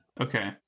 okay